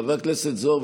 חבר הכנסת זוהר,